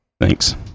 Thanks